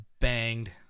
banged